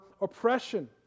oppression